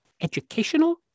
educational